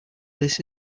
this